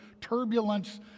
Turbulence